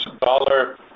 dollar